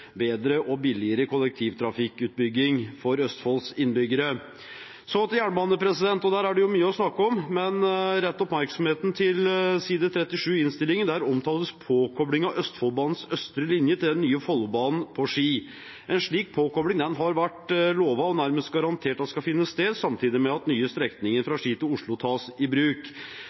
bedre og billigere kollektivtrafikkutbygging for Østfolds innbyggere. Så til jernbane: Der er det mye å snakke om, men rett oppmerksomheten mot side 37 i innstillingen. Der omtales påkoblingen av Østfoldbanens østre linje til den nye Follobanen på Ski. En slik påkobling har vært lovet og nærmest vært garantert skal finne sted, samtidig med at nye strekninger fra Ski til Oslo tas i bruk.